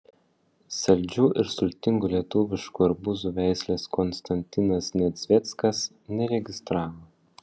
saldžių ir sultingų lietuviškų arbūzų veislės konstantinas nedzveckas neregistravo